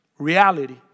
Reality